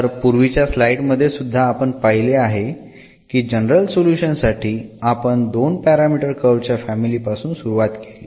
तर पूर्वीच्या स्लाईड मध्ये सुद्धा आपण पहिले आहे की जनरल सोल्युशन साठी आपण 2 पॅरामीटर कर्व च्या फॅमिली पासून सुरुवात केली